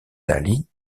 daly